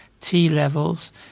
T-levels